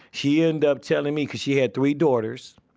she ended up telling me, cause she had three daughters,